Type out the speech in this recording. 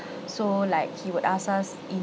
so like he would ask us in